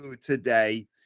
today